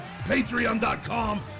Patreon.com